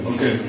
Okay